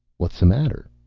what's the matter?